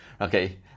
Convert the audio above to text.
okay